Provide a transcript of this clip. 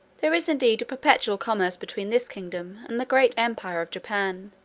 there is indeed a perpetual commerce between this kingdom and the great empire of japan